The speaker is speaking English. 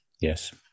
Yes